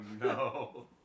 no